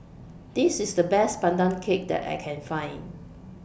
This IS The Best Pandan Cake that I Can Find